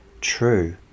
true